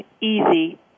easy